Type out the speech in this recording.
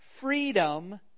freedom